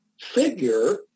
figure